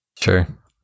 sure